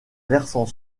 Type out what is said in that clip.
versant